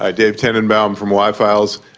ah dave tenenbaum from why files.